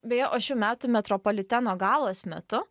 beje o šių metų metropoliteno galos metu